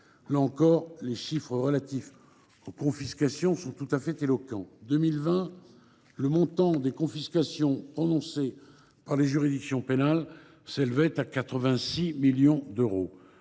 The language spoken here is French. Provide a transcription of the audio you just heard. Là encore, les chiffres relatifs aux confiscations sont éloquents. En 2020, le montant des confiscations prononcées par les juridictions pénales s’élevait à 86 millions d’euros.